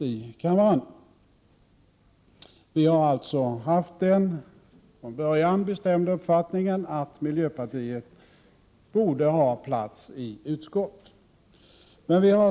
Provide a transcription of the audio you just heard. Vi i centerpartiet har alltså från början haft uppfattningen att miljöpartiet borde få platser i utskotten.